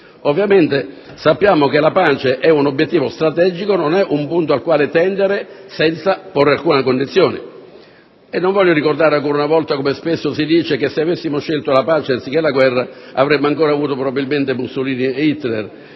Ovviamente, sappiamo che la pace è un obiettivo strategico, non è un punto al quale tendere senza alcuna condizione. Non voglio ricordare ancora una volta, come spesso si dice, che se avessimo scelto la pace anziché la guerra avremmo ancora, probabilmente, Mussolini ed Hitler.